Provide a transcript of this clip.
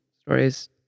stories